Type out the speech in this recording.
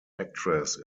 actress